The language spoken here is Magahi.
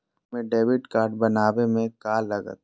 हमें डेबिट कार्ड बनाने में का लागत?